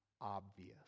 obvious